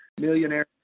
Millionaire